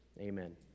Amen